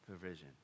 provision